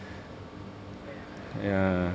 ya